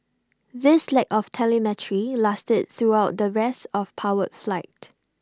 this lack of telemetry lasted throughout the rest of powered flight